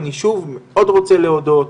אני שוב מאוד רוצה להודות